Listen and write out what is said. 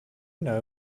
know